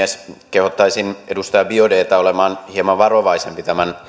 kehottaisin edustaja biaudetta olemaan hieman varovaisempi tämän rasistileimakirveen